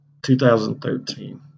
2013